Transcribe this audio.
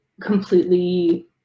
completely